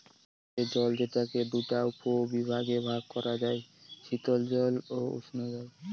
মিঠে জল যেটাকে দুটা উপবিভাগে ভাগ করা যায়, শীতল জল ও উষ্ঞজল